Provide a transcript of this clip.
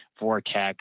vortex